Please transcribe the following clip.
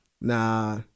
nah